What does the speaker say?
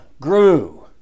grew